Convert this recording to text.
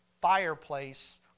fireplace